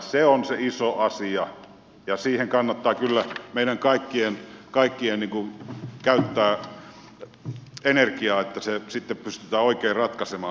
se on se iso asia ja siihen kannattaa kyllä meidän kaikkien käyttää energiaa että se sitten pystytään oikein ratkaisemaan